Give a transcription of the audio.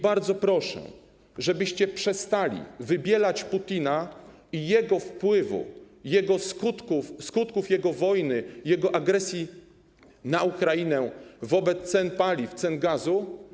Bardzo proszę, żebyście przestali wybielać Putina i jego wpływ, skutki jego wojny, jego agresji na Ukrainę wobec cen paliw, cen gazu.